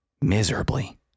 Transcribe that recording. miserably